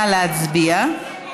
נא להצביע.